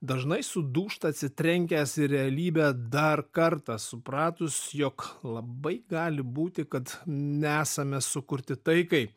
dažnai sudūžta atsitrenkęs į realybę dar kartą supratus jog labai gali būti kad nesame sukurti taikai